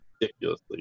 ridiculously –